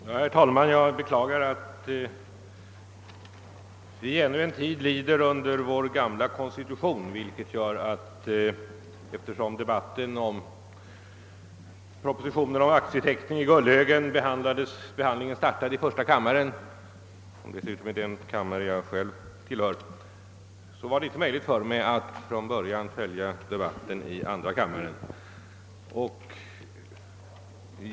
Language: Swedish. Herr talman! Jag beklagar att vi här i riksdagen ännu en tid lyder under vår gamla konstitution. Detta har gjort det omöjligt för mig att följa debatten i denna kammare i den här frågan, eftersom propositionen om aktieteckning i AB Gullhögens Bruk först började diskuteras i första kammaren, vilket ju också är den kammare jag själv tillhör.